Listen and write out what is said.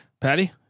Patty